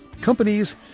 companies